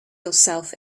yourself